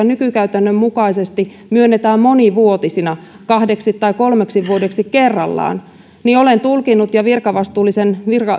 nykykäytännön mukaisesti myönnetään monivuotisina kahdeksi tai kolmeksi vuodeksi kerrallaan niin olen tulkinnut ja virkavastuullisen